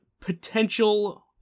potential